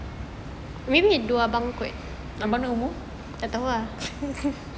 abang ilmu